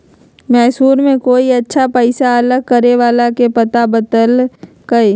मैसूर में कोई अच्छा पैसा अलग करे वाला के पता बतल कई